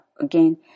again